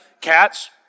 Cats